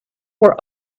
were